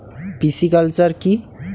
Pisciculture কি?